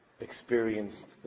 experienced